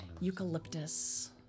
eucalyptus